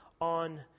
on